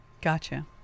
Gotcha